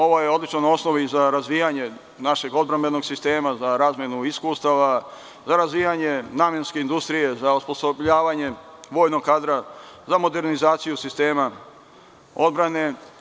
Ovo je odličan osnov i za razvijanje našeg odbrambenog sistema, za razmenu iskustava, za razvijanje namenske industrije, za osposobljavanje vojnog kadra, za modernizaciju sistema odbrane.